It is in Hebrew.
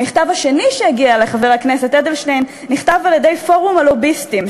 המכתב השני שהגיע לחבר הכנסת אדלשטיין נכתב על-ידי פורום הלוביסטים,